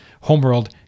Homeworld